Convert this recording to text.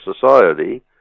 society